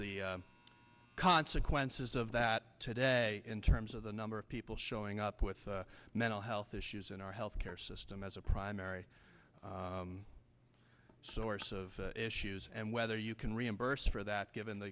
the consequences of that today in terms of the number of people showing up with mental health issues in our health care system as a primary source of issues and whether you can reimburse for that given the